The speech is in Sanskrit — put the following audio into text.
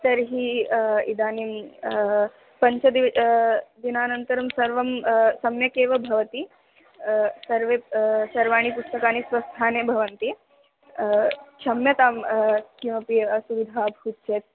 तर्हि इदानीं पञ्चदिव् दिनानन्तरं सर्वं सम्यगेव भवति सर्वे सर्वाणि पुस्तकानि स्वस्थाने भवन्ति क्षम्यतां किमपि असुविधाभूत् चेत्